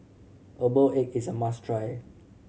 herbal egg is a must try